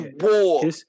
war